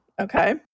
Okay